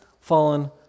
fallen